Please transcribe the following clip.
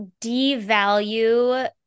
devalue